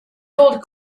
gold